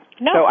No